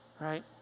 right